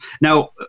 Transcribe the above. Now